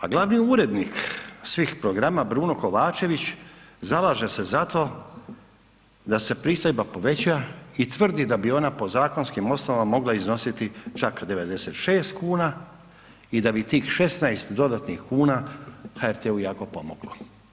A glavni urednik svih programa, Bruno Kovačević zalaže se za to da se pristojba poveća i tvrdi da bi ona po zakonskim osnovama mogla iznositi čak 96 kuna i da bih 16 dodatnih kuna, HRT-u jako pomoglo.